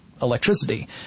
Electricity